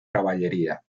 caballería